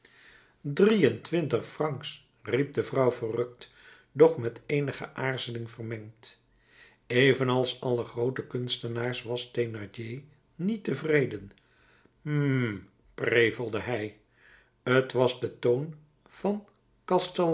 drie-en-twintig francs riep de vrouw verrukt doch met eenige aarzeling vermengd evenals alle groote kunstenaars was thénardier niet tevreden hm prevelde hij t was de toon van